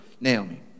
Naomi